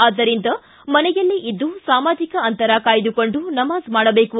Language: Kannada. ಆದ್ದರಿಂದ ಮನೆಯಲ್ಲೆ ಇದ್ದು ಸಾಮಾಜಿಕ ಅಂತರ ಕಾಯ್ದುಕೊಂಡು ನಮಾಜ್ ಮಾಡಬೇಕು